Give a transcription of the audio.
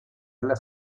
alla